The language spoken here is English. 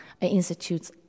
institutes